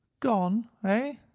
gone, ah!